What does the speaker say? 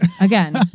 again